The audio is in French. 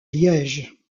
liège